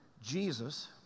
Jesus